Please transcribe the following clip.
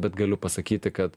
bet galiu pasakyti kad